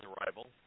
arrival